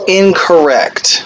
incorrect